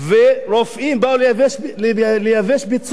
ורופאים באו לייבש ביצות,